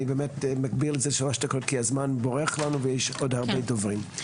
אני באמת מגביל את זה לשלוש דקות כי הזמן בורח לנו ויש עוד הרבה דוברים.